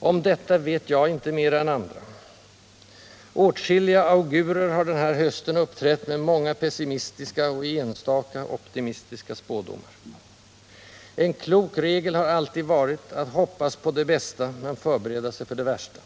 Om detta vet jag inte mera än andra. Åtskilliga augurer har den här hösten uppträtt med många pessimistiska — och enstaka optimistiska — spådomar. En klok regel har alltid varit att hoppas på det bästa men förbereda sig på det värsta.